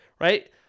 right